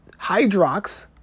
Hydrox